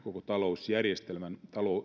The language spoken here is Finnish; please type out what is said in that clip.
talousjärjestelmän